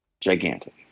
gigantic